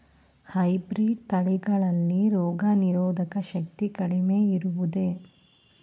Hybrid ತಳಿಗಳಲ್ಲಿ ರೋಗನಿರೋಧಕ ಶಕ್ತಿ ಕಡಿಮೆ ಇರುವುದೇ?